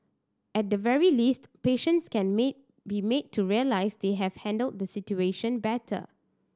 at the very least patients can made be made to realise they have handled the situation better